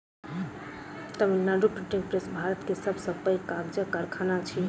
Tamil Nadu printing press Bharat के सब से पैघ कागजक कारखाना अछि